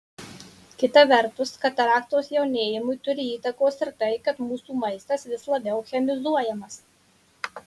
kita vertus kataraktos jaunėjimui turi įtakos ir tai kad mūsų maistas vis labiau chemizuojamas